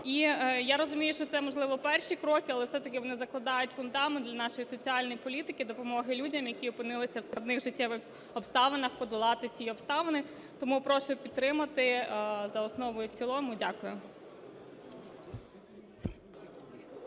І я розумію, що це, можливо, перші кроки, але все-таки вони закладають фундамент для нашої соціальної політики, допомоги людям, які опинилися в складних життєвих обставинах, подолати ці обставини. Тому прошу підтримати за основу і в цілому. Дякую.